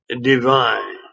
Divine